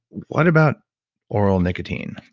what about oral nicotine?